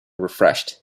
refreshed